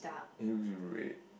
is it red